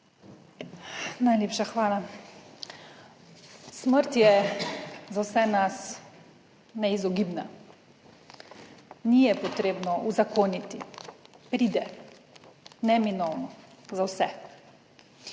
Najlepša hvala. Smrt je za vse nas neizogibna. Ni je potrebno uzakoniti, pride neminovno za vse.